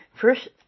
first